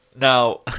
now